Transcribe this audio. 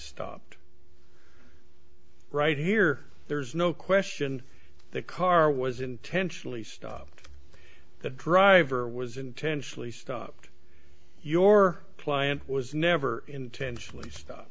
stopped right here there's no question the car was intentionally stopped the driver was intentionally stopped your client was never intentionally